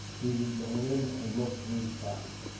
he would go in and look for his body.